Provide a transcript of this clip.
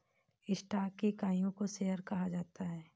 stock की इकाइयों को शेयर कहा जाता है